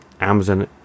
amazon